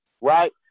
Right